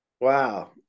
Wow